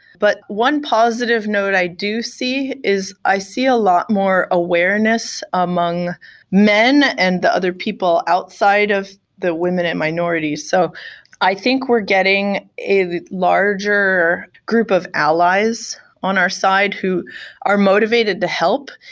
but one positive note i do see is i see a lot more awareness among men and the other people outside of the women and minority. so i think we're getting a larger group of allies on our side who are motivated to help,